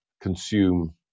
consume